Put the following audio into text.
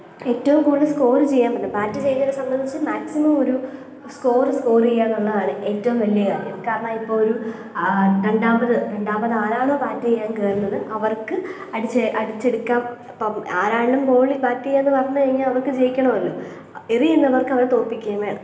ഏറ്റവും കൂടുതൽ സ്കോർ ചെയ്യണം ബാറ്റ് ചെയ്യുന്നവരെ സംബന്ധിച്ച് മാക്സിമം ഒരു സ്കോർ സ്കോർ ചെയ്യുക എന്നുള്ളതാണ് ഏറ്റവും വലിയ കാര്യം കാരണം ഇപ്പം ഒരു രണ്ടാമത് രണ്ടാമതാരാണോ ബാറ്റ് ചെയ്യാന് കയറുന്നത് അവര്ക്ക് അടിച്ച് അടിച്ചെടുക്കാൻ അപ്പം ആരാണ് ബോൾ ബാറ്റ് ചെയ്യുക എന്ന് പറഞ്ഞുകഴിഞ്ഞാൽ അവര്ക്ക് ജയിക്കണമല്ലോ എറിയുന്നവര്ക്ക് അവർ അവരെ തോൽപ്പിക്കുവേം വേണം